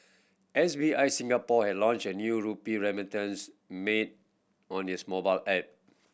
S B I Singapore has launched a new rupee remittance made on its mobile app